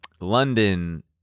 london